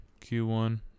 Q1